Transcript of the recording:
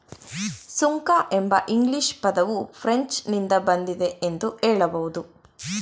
ಸುಂಕ ಎಂಬ ಇಂಗ್ಲಿಷ್ ಪದವು ಫ್ರೆಂಚ್ ನಿಂದ ಬಂದಿದೆ ಎಂದು ಹೇಳಬಹುದು